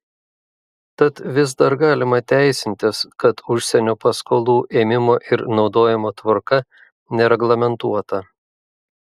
tad vis dar galima teisintis kad užsienio paskolų ėmimo ir naudojimo tvarka nereglamentuota